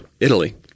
Italy